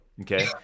Okay